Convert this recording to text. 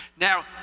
Now